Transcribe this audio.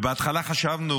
בהתחלה חשבנו